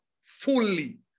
fully